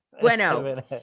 Bueno